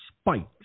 spite